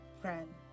Friend